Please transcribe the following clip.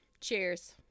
Cheers